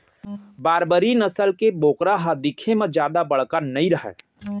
बारबरी नसल के बोकरा ह दिखे म जादा बड़का नइ रहय